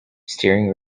steering